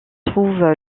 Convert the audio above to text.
trouve